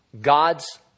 God's